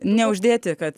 neuždėti kad